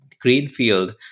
greenfield